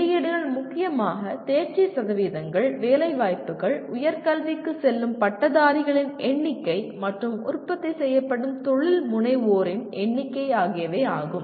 வெளியீடுகள் முக்கியமாக தேர்ச்சி சதவீதங்கள் வேலைவாய்ப்புகள் உயர் கல்விக்கு செல்லும் பட்டதாரிகளின் எண்ணிக்கை மற்றும் உற்பத்தி செய்யப்படும் தொழில்முனைவோரின் எண்ணிக்கை ஆகியவை ஆகும்